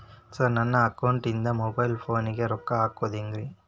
Sir ನನ್ನ ಅಕೌಂಟದಿಂದ mobile ಫೋನಿಗೆ ರೊಕ್ಕ ಹಾಕೋದು ಹೆಂಗ್ರಿ?